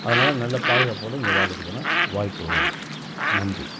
அதனால் நல்ல பாதுகாப்போடு இங்கே வாழ்றதுக்கான வாய்ப்புகளும் இருக்குது நன்றி